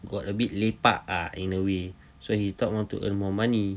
got a bit lepak ah in a way so he thought want to earn more money